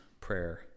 prayer